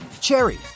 cherry